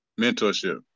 mentorship